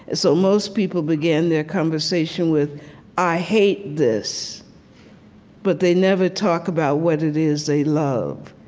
so most people begin their conversation with i hate this but they never talk about what it is they love.